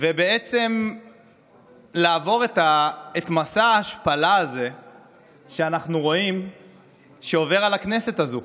ובעצם לעבור את מסע ההשפלה הזה שאנחנו רואים שעובר על הכנסת הזו.